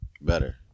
better